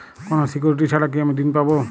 কোনো সিকুরিটি ছাড়া কি আমি ঋণ পাবো?